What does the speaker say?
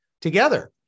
together